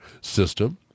system